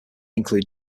include